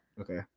Okay